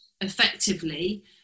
effectively